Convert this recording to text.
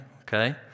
okay